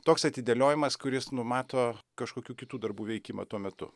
toks atidėliojimas kuris numato kažkokių kitų darbų veikimą tuo metu